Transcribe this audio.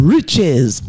Riches